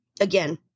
again